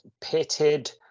pitted